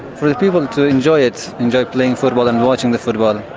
for people to enjoy it, enjoy playing football and watching the football.